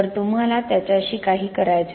तुम्हाला त्याच्याशी काही करायचे नाही